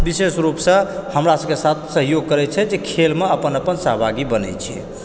विशेष रूपसऽ हमरा सबकऽ साथ सहयोग करै छै जे खेलमऽ अपन अपन सहभागी बनै छै